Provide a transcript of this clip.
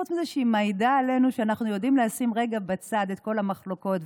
חוץ מזה שהיא מעידה עלינו שאנחנו יודעים לשים רגע בצד את כל המחלוקות,